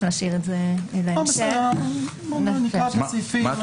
בוא נקרא את הסעיפים.